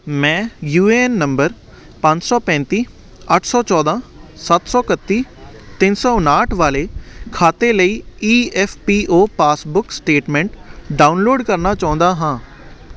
ਮੈਂ U A N number ਪੰਜ ਸੌ ਪੈਂਤੀ ਅੱਠ ਸੌ ਚੌਦਾਂ ਸੱਤ ਸੌ ਇਕੱਤੀ ਤਿੰਨ ਸੌ ਉਨਾਟ ਵਾਲੇ ਖਾਤੇ ਲਈ E F P O passbook statement download ਕਰਨਾ ਚਾਹੁੰਦਾ ਹਾਂ